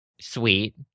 sweet